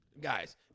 guys